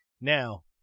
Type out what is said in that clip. Now